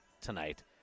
tonight